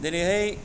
दिनैहाय